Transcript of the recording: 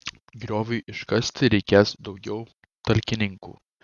grioviui iškasti reikės daugiau talkininkų